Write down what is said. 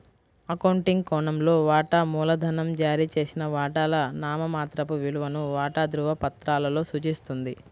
accounting కోణంలో, వాటా మూలధనం జారీ చేసిన వాటాల నామమాత్రపు విలువను వాటా ధృవపత్రాలలో సూచిస్తుంది